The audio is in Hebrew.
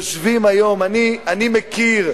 יושבים היום, אני מכיר,